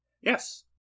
Yes